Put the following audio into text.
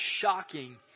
shocking